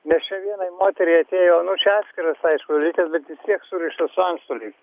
nes čia vienai moteriai atėjo nu čia atskiras aišku reikia kiek surišta su antstoliais